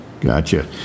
Gotcha